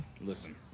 Listen